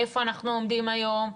איפה אנחנו עומדים היום,